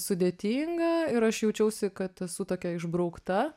sudėtinga ir aš jaučiausi kad esu tokia išbraukta